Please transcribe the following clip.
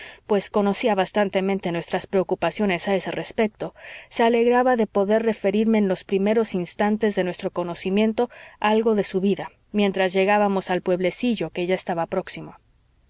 pues conocía bastantemente nuestras preocupaciones a ese respecto se alegraba de poder referirme en los primeros instantes de nuestro conocimiento algo de su vida mientras llegábamos al pueblecillo que ya estaba próximo